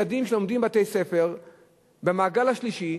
יש ילדים במעגל השלישי.